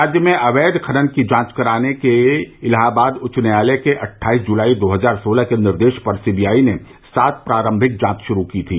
राज्य में अवैध खनन की जांच कराने के इलाहाबाद उच्च न्यायालय के अट्ठाईस जुलाई दो हजार सोलह के निर्देश पर सी बी आई ने सात प्रारम्भिक जांच शुरू की थी